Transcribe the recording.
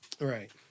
Right